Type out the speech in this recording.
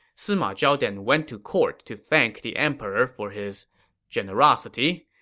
sima zhao then went to court to thank the emperor for his generosity,